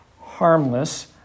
harmless